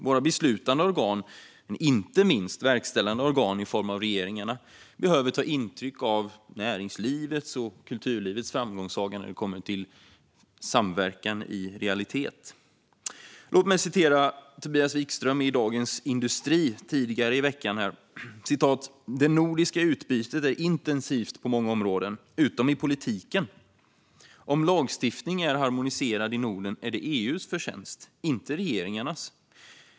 Våra beslutande organ, inte minst de verkställande organen i form av regeringarna, behöver ta intryck av näringslivets och kulturlivets framgångssaga när det kommer till samverkan i realitet. Låt mig citera Tobias Wikström i Dagens industri tidigare i veckan: "Det nordiska utbytet är intensivt på många områden, utom i politiken. Om lagstiftning är harmoniserad i Norden är det EU:s förtjänst, inte regeringarnas."